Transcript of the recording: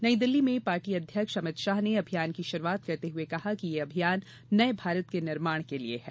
नई दिल्ली में पार्टी अध्यक्ष अमित शाह ने अभियान की शुरूआत करते हुए कहा कि यह अभियान नये भारत के निर्माण के लिये है